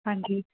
ਹਾਂਜੀ